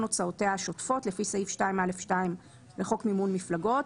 הוצאותיה השוטפות לפי סעיף 2(א)(2) לחוק מימון מפלגות.".